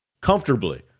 comfortably